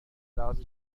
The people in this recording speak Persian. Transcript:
لحاظ